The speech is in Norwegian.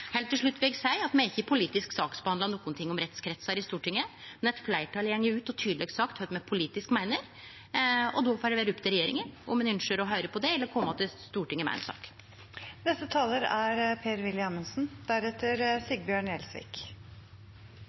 Heilt til slutt vil eg seie at me ikkje har politisk saksbehandla nokon ting om rettskretsar i Stortinget, men eit fleirtal har gått ut og tydeleg sagt kva me politisk meiner, og då får det vere opp til regjeringa om ein ynskjer å høyre på det eller kome att til Stortinget med ei sak. Jeg forstår at statsråden og regjeringspartiet Høyre er